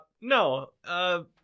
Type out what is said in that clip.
No